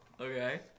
Okay